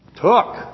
Took